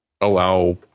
allow